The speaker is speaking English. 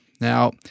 Now